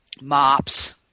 mops